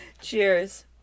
Cheers